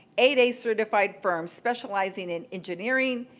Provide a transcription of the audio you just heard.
eight a certified firm specializing in engineering,